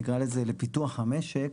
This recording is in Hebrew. נקרא לזה "לפיתוח המשק".